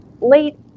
late